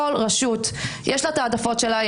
לכל רשות יש ההעדפות שלה,